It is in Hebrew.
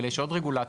אבל יש עוד רגולטורים,